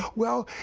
well,